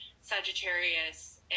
Sagittarius